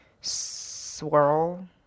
swirl